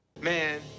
Man